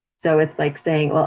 so it's like saying, well,